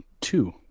Two